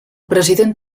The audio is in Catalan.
president